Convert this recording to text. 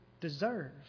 deserve